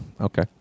Okay